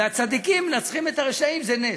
והצדיקים מנצחים את הרשעים, זה נס.